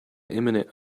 imminent